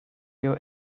your